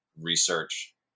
Research